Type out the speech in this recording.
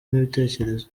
n’ibitekerezo